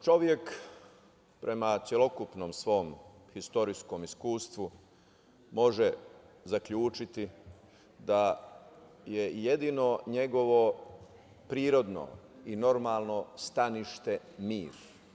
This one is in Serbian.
Čovek prema celokupnom svom istorijskom iskustvu može zaključiti da je jedino njegovo prirodno i normalno stanište mir.